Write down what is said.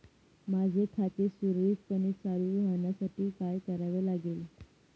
माझे खाते सुरळीतपणे चालू राहण्यासाठी काय करावे लागेल?